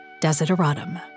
Desideratum